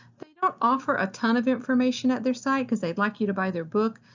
they don't offer a ton of information at their site because they'd like you to buy their book,